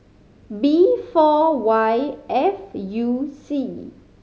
B four Y F U C